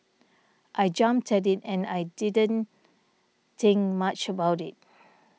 I jumped at it and I didn't think much about it